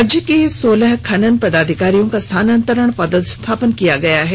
राज्य के सोलह खनन पदाधिकारियों का स्थानांतरण पदस्थापन किया गया है